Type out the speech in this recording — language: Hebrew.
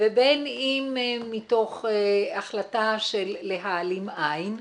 ובין אם מתוך החלטה של להעלים עין,